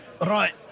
Right